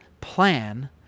plan